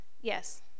Yes